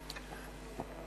אני אביא את עדותי שלי.